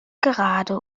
gerade